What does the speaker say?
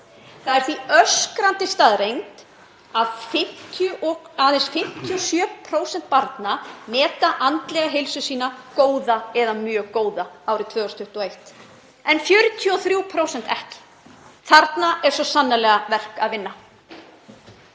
Það er því öskrandi staðreynd að aðeins 57% barna meta andlega heilsu sína góða eða mjög góða árið 2021 en 43% ekki. Þarna er svo sannarlega verk að vinna.